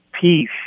peace